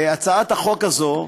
הצעת החוק הזאת,